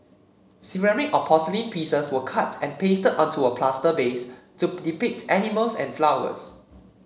ceramic or porcelain pieces were cut and pasted onto a plaster base to depict animals and flowers